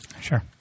Sure